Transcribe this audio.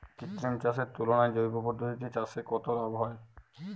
কৃত্রিম চাষের তুলনায় জৈব পদ্ধতিতে চাষে কত লাভ হয়?